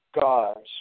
gods